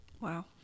Wow